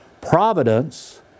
Providence